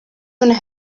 una